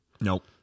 nope